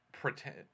Pretend